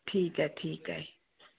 ठीकु आहे ठीकु आहे